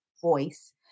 voice